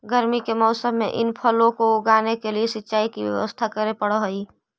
गर्मी के मौसम में इन फलों को उगाने के लिए सिंचाई की व्यवस्था करे पड़अ हई